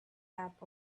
top